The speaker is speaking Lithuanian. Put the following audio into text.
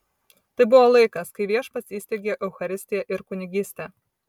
tai buvo laikas kai viešpats įsteigė eucharistiją ir kunigystę